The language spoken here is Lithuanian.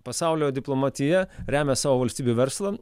pasaulio diplomatija remiasi savo valstybių verslą